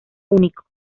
único